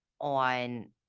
on